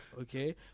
okay